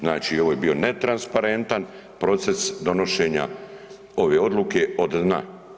Znači ovo je bio netransparentan proces donošenja ove odluke od dna.